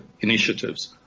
initiatives